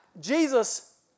Jesus